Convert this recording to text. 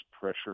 pressure